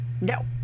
no